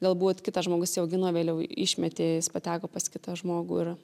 galbūt kitas žmogus jį augino vėliau išmetė jis pateko pas kitą žmogų ir